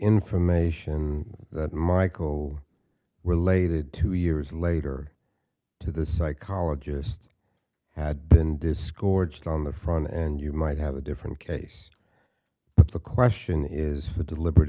information that michael related two years later to the psychologist had been discords down the front and you might have a different case but the question is for the deliberate